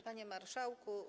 Panie Marszałku!